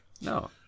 No